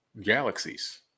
galaxies